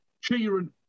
cheering